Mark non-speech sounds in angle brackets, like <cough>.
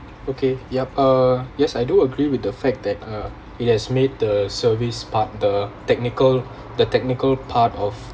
okay yup uh yes I do agree with the fact that uh it has made the service part the technical <breath> the technical part of